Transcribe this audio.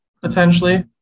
potentially